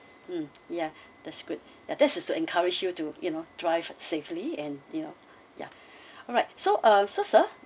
mm yeah that's great that that's to encourage you to you know drive safely and you know ya alright so uh so sir